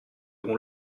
vont